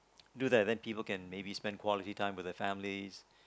do that then people can maybe spend quality time with their families